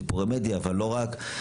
סיפורי מדיה אבל לא רק.